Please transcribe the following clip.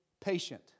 patient